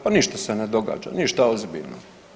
Pa ništa se ne događa, ništa ozbiljno.